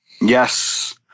Yes